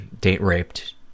date-raped